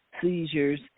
seizures